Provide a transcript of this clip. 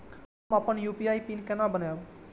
हम अपन UPI PIN केना बनैब?